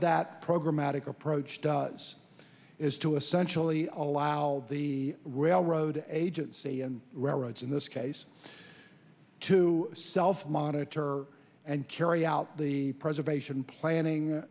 programatic approach does is to essentially allow the railroad agency and roads in this case to self monitor and carry out the preservation planning